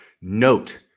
note